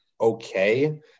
Okay